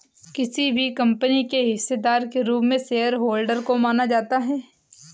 किसी भी कम्पनी के हिस्सेदार के रूप में शेयरहोल्डर को माना जाता है